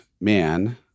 man